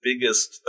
biggest